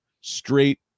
straight